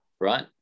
right